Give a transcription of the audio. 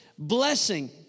Blessing